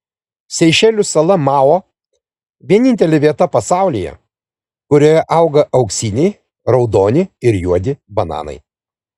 seišelių sala mao vienintelė vieta pasaulyje kurioje auga auksiniai raudoni ir juodi bananai